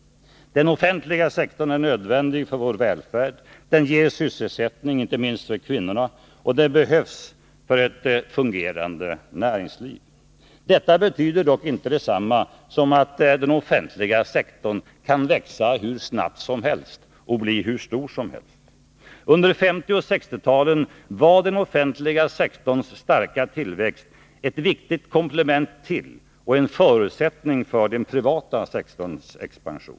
Den offentliga sektorn är nödvändig för vår välfärd. Den ger sysselsättning, inte minst för kvinnorna, och den behövs för ett fungerande näringsliv. Detta betyder dock inte att den offentliga sektorn kan växa hur snabbt som helst och bli hur stor som helst. Under 1950 och 1960-talen var den offentliga sektorns starka tillväxt ett viktigt komplement till och en förutsättning för den privata sektorns expansion.